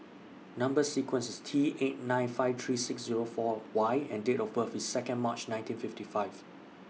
Number sequence IS T eight nine five three six Zero four Y and Date of birth IS Second March nineteen fifty five